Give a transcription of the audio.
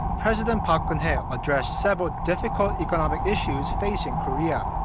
president park geun-hye addressed several difficult economic issues facing korea.